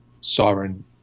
sovereign